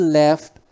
left